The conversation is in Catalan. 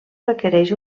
requereix